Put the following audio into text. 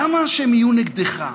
למה שהם יהיו נגדך?